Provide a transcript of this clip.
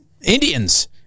indians